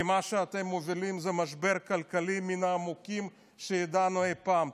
כי מה שאתם מובילים זה משבר כלכלי מן העמוקים שידענו אי פעם.